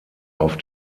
auf